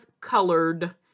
Colored